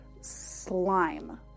slime